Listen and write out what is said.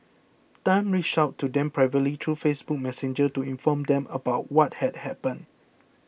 tan reached out to them privately through Facebook Messenger to inform them about what had happened